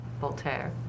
Voltaire